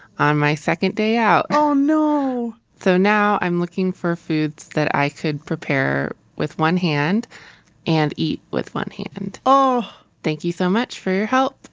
on my second day out oh, no so, now i'm looking for foods that i could prepare with one hand and eat with one hand. thank you so much for your help